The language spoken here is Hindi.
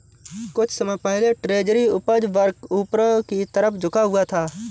कुछ समय पहले ट्रेजरी उपज वक्र ऊपर की तरफ झुका हुआ था